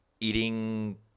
Eating